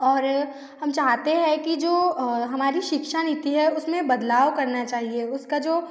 और हम चाहते हैं कि जो हमारी शिक्षा नीति है उस में बदलाव करना चाहिए उसका जो